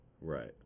Right